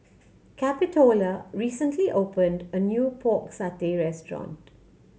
Capitola recently opened a new Pork Satay restaurant